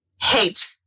hate